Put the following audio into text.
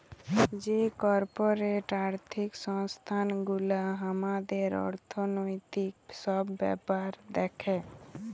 যে কর্পরেট আর্থিক সংস্থান গুলা হামাদের অর্থনৈতিক সব ব্যাপার দ্যাখে